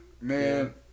Man